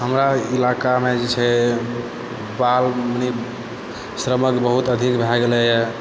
हमरा इलाकामे जे छै बाल श्रमिक बहुत अधिक भए गेलैया